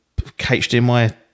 HDMI